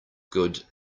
good